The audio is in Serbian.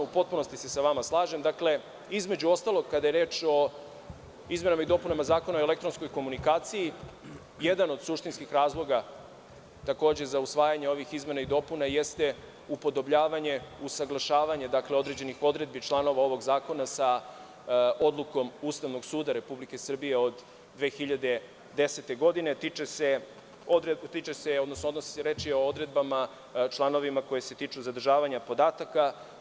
U potpunosti se sa vam slažem, dakle, između ostalog kada je reč o izmenama i dopunama Zakona o elektronskoj komunikaciji, jedan od suštinskih razloga takođe za usvajanjem ovih izmena i dopuna jeste upodobljavanje, usaglašavanje određenih odredbi članova ovogzakona sa odlukom Ustavnog suda Republike Srbije od 2010. godine, a reč je o odredbama, članovima koji se tiču zadržavanja podataka.